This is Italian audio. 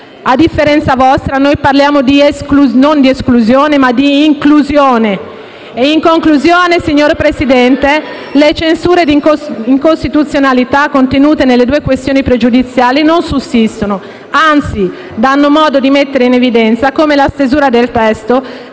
A differenza vostra, noi parliamo non di esclusione, ma di inclusione. *(Commenti dal Gruppo PD)*. In conclusione, signor Presidente, le censure di incostituzionalità contenute nelle due questioni pregiudiziali non sussistono, anzi, danno modo di mettere in evidenza come la stesura del testo